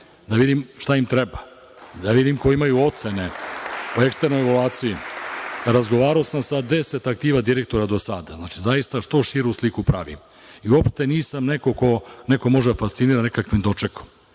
da vidim šta im treba, da vidim koje imaju ocene, po eksternoj evaluaciji. Razgovarao sam sa deset aktiva direktora, do sada. Znači, zaista što širu sliku pravim i uopšte nisam neko ko može da fascinira nekakvim dočekom.